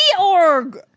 Org